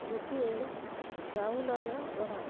ଗୋଟିଏ ଚାଉଳର ଗଢ଼ା